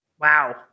Wow